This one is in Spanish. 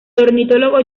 ornitólogo